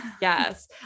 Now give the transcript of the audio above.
Yes